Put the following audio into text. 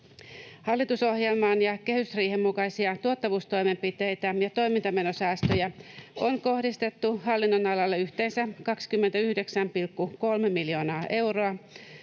Hallitusohjelman ja kehysriihen mukaisia tuottavuustoimenpiteitä ja toimintamenosäästöjä on kohdistettu hallinnonalalle yhteensä 29,3 miljoonaa euroa.